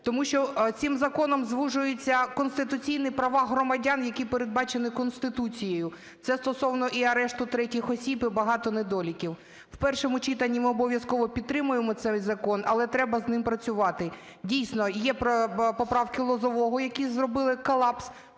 Тому що цим законом звужується конституційні права громадян, які передбачені Конституцією, це стосовно і арешту третій осіб, і багато недоліків. В першому читанні ми обов'язково підтримаємо цей закон, але треба з ним працювати. Дійсно є поправки Лозового, які зробили колапс